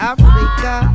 Africa